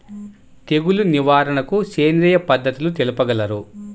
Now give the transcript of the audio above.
తెగులు నివారణకు సేంద్రియ పద్ధతులు తెలుపగలరు?